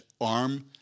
arm